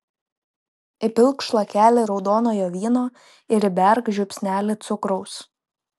įpilk šlakelį raudonojo vyno ir įberk žiupsnelį cukraus